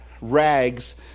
rags